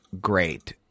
great